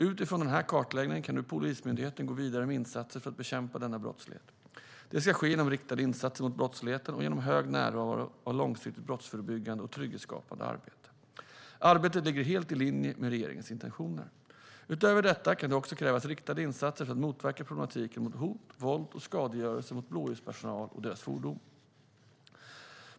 Utifrån den här kartläggningen kan nu Polismyndigheten gå vidare med insatser för att bekämpa denna brottslighet. Det ska ske genom riktade insatser mot brottsligheten och genom hög närvaro och långsiktigt brottsförebyggande och trygghetsskapande arbete. Arbetet ligger helt i linje med regeringens intentioner. Utöver detta kan det också krävas riktade insatser för att motverka problematiken med hot, våld och skadegörelse mot blåljuspersonal och dess fordon.